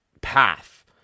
path